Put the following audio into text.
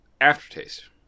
aftertaste